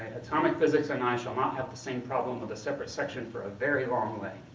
atomic physics and i shall not have the same problem with a separate section for a very long way.